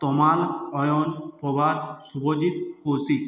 Tamal Ayan Prabal Subhajit Kaushik